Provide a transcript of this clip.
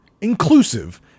inclusive